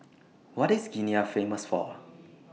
What IS Guinea Famous For